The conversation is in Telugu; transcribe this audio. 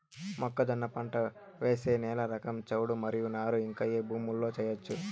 మొక్కజొన్న పంట వేసే నేల రకం చౌడు మరియు నారు ఇంకా ఏ భూముల్లో చేయొచ్చు?